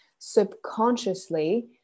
subconsciously